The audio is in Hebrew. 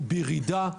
הם בירידה,